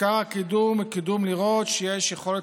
עיקר התיאום הוא כדי לראות שיש יכולת